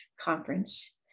conference